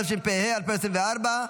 התשפ"ה 2024,